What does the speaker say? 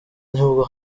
nibwo